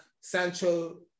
Sancho